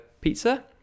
pizza